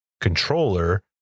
controller